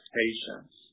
patients